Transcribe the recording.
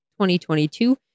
2022